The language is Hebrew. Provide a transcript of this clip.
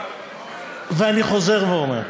ואני חוזר ואומר,